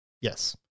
Yes